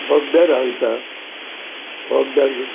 बगदा रावयता बगदार